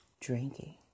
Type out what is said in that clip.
drinking